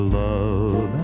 love